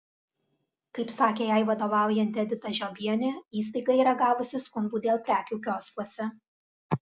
kaip sakė jai vadovaujanti edita žiobienė įstaiga yra gavusi skundų dėl prekių kioskuose